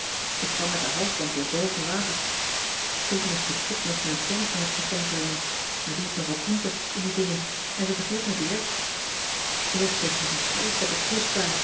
ik kwam met den halsband weer boven water toen moest ik kit nog mijn plan aan t verstand brengen maar die is nogal pienter in die dingen en ze begreep me direct eerst kreeg ze nog een vreeselijke proestbui